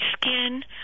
Skin